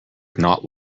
not